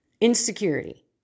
insecurity